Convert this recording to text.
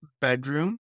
bedroom